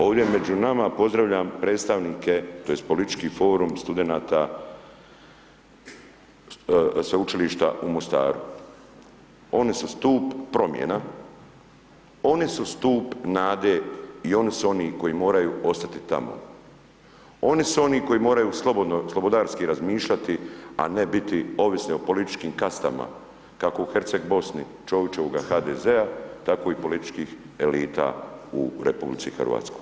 Ovdje među nama pozdravljam predstavnike, tj. politički formu studenata, sveučilišta u Mostaru oni su stup promjena, oni su stup nade i oni su oni koji moraju ostati tamo, oni su oni koji moraju slobodarski razmišljati, a ne biti ovisni o političkim kastama, kako u Herceg Bosni, Čovićevoga HDZ-a, tako i političkih elita u RH.